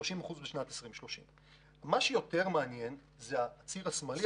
30% בשנת 2030. מה שיותר מעניין זה הציר השמאלי,